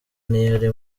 ntiyari